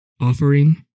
offering